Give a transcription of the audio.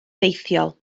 ffeithiol